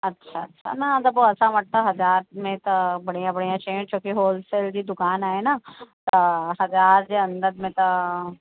अच्छा अच्छा न अगरि असां वटि त हज़ार में त बढ़िया बढ़िया शयूं छोकी हॉलसेल जी दुकान आहे न त हज़ार जे अंदरि त